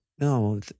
no